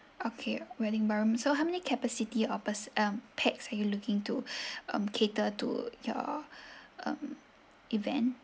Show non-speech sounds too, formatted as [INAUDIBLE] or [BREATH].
okay wedding ballroom so how many capacity of pers~ um pax are you looking to [BREATH] um cater to your [BREATH] um event